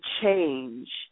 change